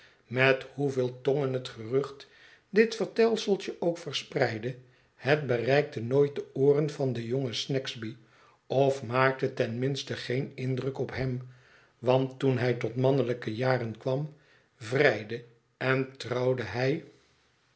met hoeveel tongen het gerucht dit vertelseltj e ook verspreidde het bereikte nooit de ooren van den jongen snagsby of maakte ten minste geen indruk op hem want toen hij tot mannelijke jaren kwam vrijde en trouwde hij